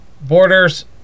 borders